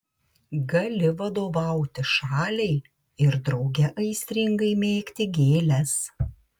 gali vadovauti šaliai ir drauge aistringai mėgti gėles